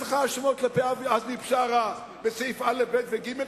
יש לך האשמות כלפי עזמי בשארה בסעיפים א', ב' וג'?